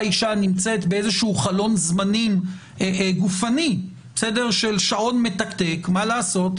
אישה נמצאת באיזשהו חלון זמנים גופני של שעון מתקתק מה לעשות?